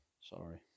Sorry